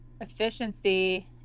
efficiency